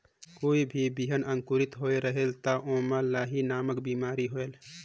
कोई भी बिहान अंकुरित होत रेहेल तब ओमा लाही नामक बिमारी होयल?